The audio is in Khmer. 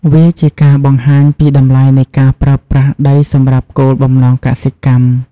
វាជាការបង្ហាញពីតម្លៃនៃការប្រើប្រាស់ដីសម្រាប់គោលបំណងកសិកម្ម។